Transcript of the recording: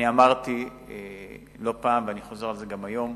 אני אמרתי לא פעם ואני חוזר על זה גם היום: